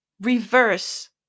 reverse